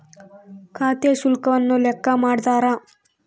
ಖಾತೆ ಶುಲ್ಕವನ್ನು ಲೆಕ್ಕ ಮಾಡ್ತಾರ